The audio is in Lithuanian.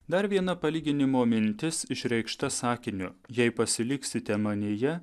dar viena palyginimo mintis išreikšta sakiniu jei pasiliksite manyje